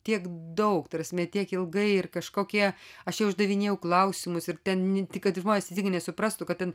tiek daug ta prasme tiek ilgai ir kažkokie aš jau uždavinėjau klausimus ir ten ne tik kad žmonės nesuprastų kad ten